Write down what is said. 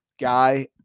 guy